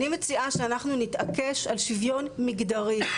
אני מציעה שאנחנו נתעקש על שוויון מגדרי,